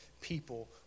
people